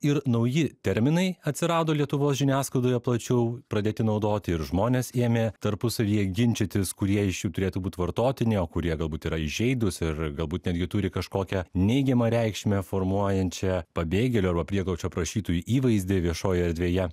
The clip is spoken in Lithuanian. ir nauji terminai atsirado lietuvos žiniasklaidoje plačiau pradėti naudoti ir žmonės ėmė tarpusavyje ginčytis kurie iš jų turėtų būt vartotini o kurie galbūt yra įžeidūs ir galbūt netgi turi kažkokią neigiamą reikšmę formuojančią pabėgėlių arba prieglobsčio prašytojų įvaizdį viešojoj erdvėje